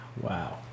Wow